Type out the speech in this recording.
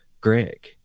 Greg